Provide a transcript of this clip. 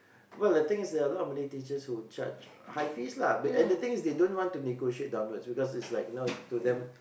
well the thing is there are a lot of Malay teacher who would charge high fees lah and the thing is they don't want to negotiate downwards because is like you know to them